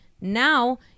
Now